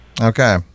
Okay